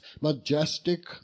majestic